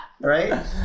Right